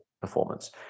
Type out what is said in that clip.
performance